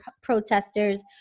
protesters